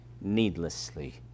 needlessly